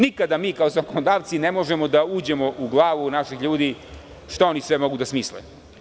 Nikada mi kao zakonodavci ne možemo da uđemo u glavu naših ljudi šta oni sve mogu da smisle.